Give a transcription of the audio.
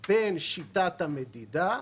בין שיטת המדידה,